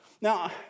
Now